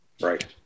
right